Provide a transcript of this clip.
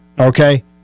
Okay